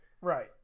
right